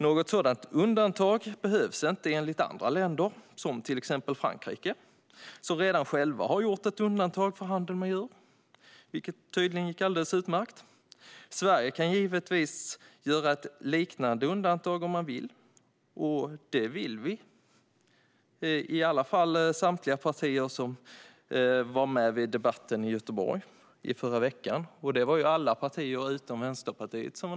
Något sådant undantag behövs inte enligt andra länder, som till exempel Frankrike som redan självt har gjort ett undantag för handel med djur. Det gick tydligen alldeles utmärkt. Sverige kan givetvis göra ett liknande undantag om man vill, och det vill i stort sett samtliga partier. Det gäller åtminstone alla de partier som var med vid debatten i Göteborg förra veckan. Alla partier var närvarande där utom Vänsterpartiet.